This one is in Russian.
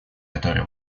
которой